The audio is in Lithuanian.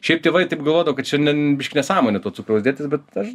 šiaip tėvai taip galvodavo kad čia ne biškį nesąmonė to cukraus dėtis bet aš